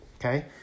okay